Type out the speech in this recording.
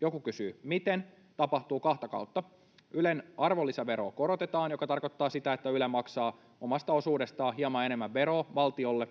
Joku kysyy, miten. Se tapahtuu kahta kautta: Ylen arvonlisäveroa korotetaan, mikä tarkoittaa sitä, että Yle maksaa omasta osuudestaan hieman enemmän veroa valtiolle,